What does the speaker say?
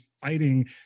fighting